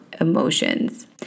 emotions